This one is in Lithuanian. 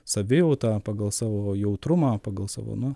savijautą pagal savo jautrumą pagal savo na